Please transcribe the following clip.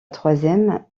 troisième